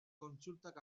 kontsultak